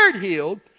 healed